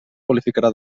qualificarà